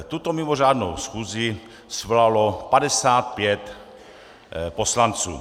Tuto mimořádnou schůzi svolalo 55 poslanců.